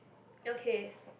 okay